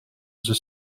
the